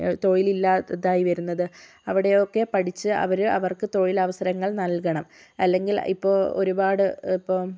തൊഴിലില്ലാത്തതായി വരുന്നത് അവിടെയൊക്കെ പഠിച്ച് അവർ അവർക്ക് തൊഴിലവസരങ്ങൾ നൽകണം അല്ലെങ്കിൽ ഇപ്പോൾ ഒരുപാട് ഇപ്പം